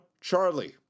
Charlie